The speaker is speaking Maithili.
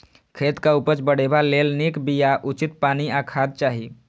खेतक उपज बढ़ेबा लेल नीक बिया, उचित पानि आ खाद चाही